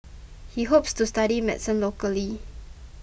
he hopes to study medicine locally